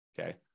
okay